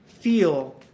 feel